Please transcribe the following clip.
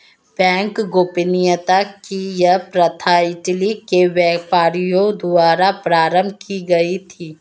bank गोपनीयता की यह प्रथा इटली के व्यापारियों द्वारा आरम्भ की गयी थी